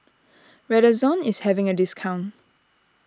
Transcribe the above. Redoxon is having a discount